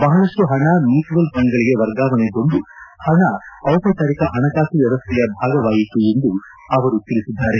ಬಹಳಷ್ಟು ಹಣ ಮ್ಲೂಚ್ಲುಯಲ್ ಫಂಡ್ಗಳಿಗೆ ವರ್ಗಾವಣೆಗೊಂಡು ಹಣ ಔಪಚಾರಿಕ ಹಣಕಾಸು ವ್ಲವಸ್ಥೆಯ ಭಾಗವಾಯಿತು ಎಂದು ಅವರು ತಿಳಿಸಿದ್ದಾರೆ